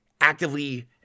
actively